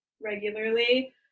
regularly